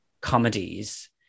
comedies